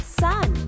sun